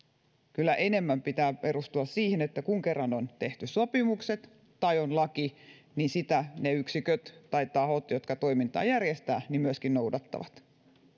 kyllä tämän enemmän pitää perustua siihen että kun kerran on tehty sopimukset tai on laki niin sitä ne yksiköt tai tahot jotka toimintaa järjestävät myöskin noudattavat